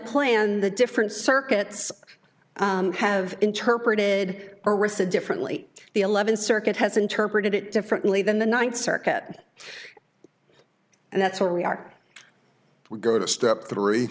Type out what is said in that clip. plan the different circuits have interpreted differently the eleventh circuit has interpreted it differently than the ninth circuit and that's what we are